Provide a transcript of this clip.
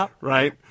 right